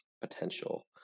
potential